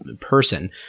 person